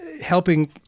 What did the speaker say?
helping